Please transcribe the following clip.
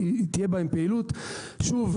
שוב,